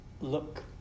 look